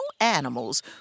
animals